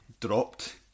dropped